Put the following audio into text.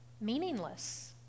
meaningless